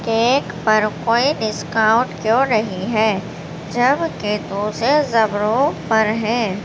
cake پر کوئی discount کیوں نہیں ہے جب کہ دوسرے زمروں پر ہے